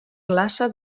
glaça